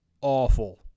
awful